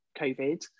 covid